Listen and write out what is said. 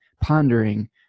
pondering